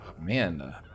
man